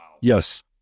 Yes